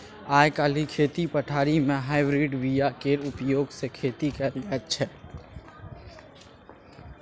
आइ काल्हि खेती पथारी मे हाइब्रिड बीया केर प्रयोग सँ खेती कएल जाइत छै